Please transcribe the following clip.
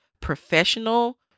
professional